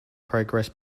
progress